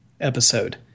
episode